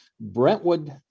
brentwood